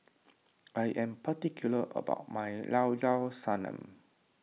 I am particular about my Llao Llao Sanum